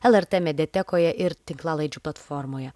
lrt mediatekoje ir tinklalaidžių platformoje